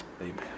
amen